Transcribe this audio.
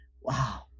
Wow